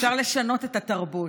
אפשר לשנות את התרבות.